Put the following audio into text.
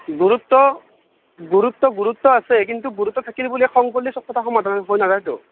গুৰুত্ব গুৰুত্ব গুৰুত্ব আছে গুৰুত্ব থাকিল বুলিয়েই খং ক'ল্লি চব কথা সমাধান হৈ নাযায়টো